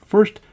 First